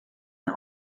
the